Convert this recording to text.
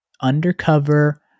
undercover